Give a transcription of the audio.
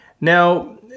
Now